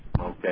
Okay